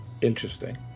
Interesting